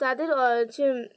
তাদের হচ্ছে